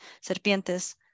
serpientes